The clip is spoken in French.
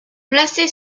placé